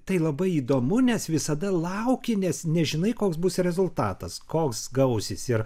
tai labai įdomu nes visada lauki nes nežinai koks bus rezultatas koks gausis ir